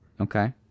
Okay